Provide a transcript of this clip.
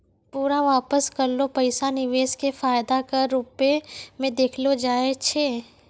पूरा वापस करलो पैसा निवेश के फायदा के रुपो मे देखलो जाय छै